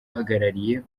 uhagarariye